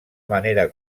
manera